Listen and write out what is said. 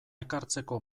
ekartzeko